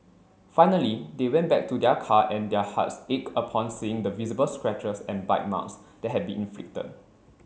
finally they went back to their car and their hearts ached upon seeing the visible scratches and bite marks that had been inflicted